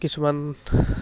কিছুমান